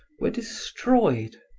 were destroyed.